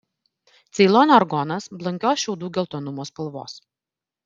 ceilono argonas blankios šiaudų geltonumo spalvos